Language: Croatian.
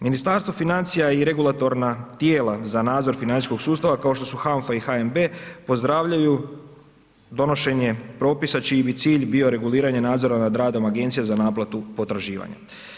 Ministarstvo financija i regulatorna tijela za nadzor financijskog sustava, kao što su HANFA i HNB pozdravljaju donošenje propisa čiji bi cilj bio reguliranje nadzora nad radom agencije za naplatu potraživanja.